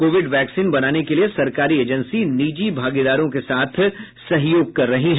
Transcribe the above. Covid vaccine बनाने के लिए सरकारी एजेंसी निजी भागीदारों के साथ सहयोग कर रही है